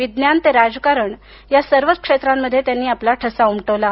विज्ञान ते राजकारण या सर्व क्षेत्रान्मध्ये त्यांनी आपला ठसा उमटविला आहे